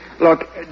Look